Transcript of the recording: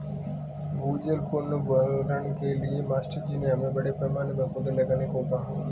भूजल पुनर्भरण के लिए मास्टर जी ने हमें बड़े पैमाने पर पौधे लगाने को कहा है